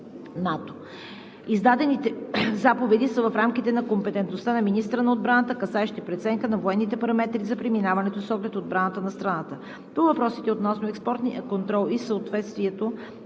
Издадените заповеди са в рамките на компетентността на министъра на отбраната, касаещи преценка на военните параметри за преминаването с оглед отбраната на страната. По въпросите относно експортния контрол и съответствието